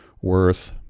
worth